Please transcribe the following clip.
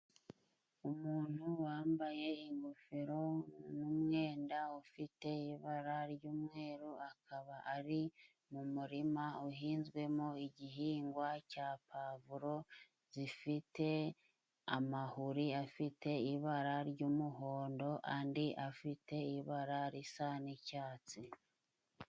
Umuntu wambaye ingofero n'umwenda ufite ibara ry'umweru akaba ari mu murima uhinzwemo igihingwa cya pavuro zifite amahuri afite ibara ry'umuhondo andi afite ibara risa n'icyatsi.